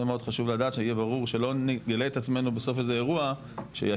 זה מאוד חשוב לדעת שיהיה ברור שלא נגלה את עצמנו בסוף איזה אירוע שישבנו